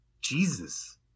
Jesus